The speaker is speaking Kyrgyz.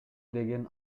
деген